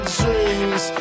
dreams